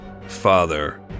father